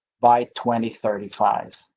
by twenty, thirty five